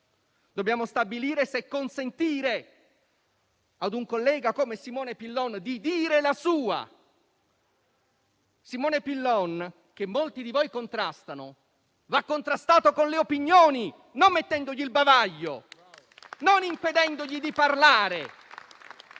Dobbiamo stabilire se consentire a un collega come Simone Pillon di dire la sua. Simone Pillon, che molti di voi contrastano, va contrastato con le opinioni, non mettendogli il bavaglio, non impedendogli di parlare.